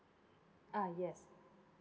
ah yes